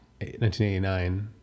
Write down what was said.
1989